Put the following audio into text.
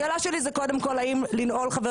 השאלה שלי היא קודם כל האם לנעול חבר